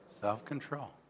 self-control